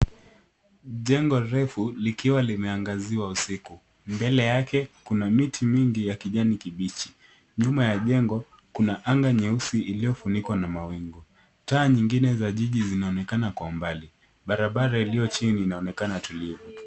Jengo refu likiwa limeangaziwa usiku. Mbele yake kuna miti mingi ya kijani kibichi. Nyuma ya jengo kuna anga nyeusi iliyofunikwa na mawingu. Taa nyingine za jiji zinaonekana kwa umbali. Barabara iliyo chini inaonekana tulivu.